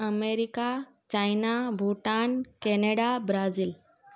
America China Bhutan Canada Brazil